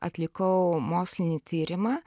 atlikau mokslinį tyrimą